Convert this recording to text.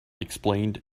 explained